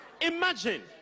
imagine